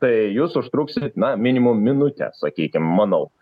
tai jūs užtruksit na minimum minutę sakykim manau